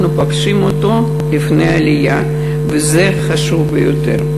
אנחנו פוגשים אותו לפני העלייה, וזה חשוב ביותר.